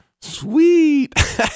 sweet